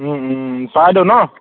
চৰাইদেউত ন